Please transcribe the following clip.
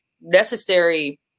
necessary